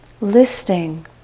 listing